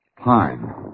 Pine